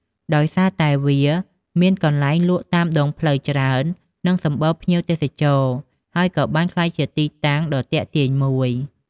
ដោយសារតែវាមានកន្លែងលក់តាមដងផ្លូវច្រើន និងសម្បូរភ្ញៀវទេសចរណ៍ ហើយក៏បានក្លាយជាទីតាំងដ៏ទាក់ទាញមួយ។